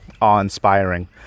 awe-inspiring